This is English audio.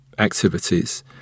Activities